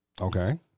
Okay